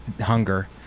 hunger